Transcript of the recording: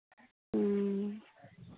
ह्म्म